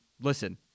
listen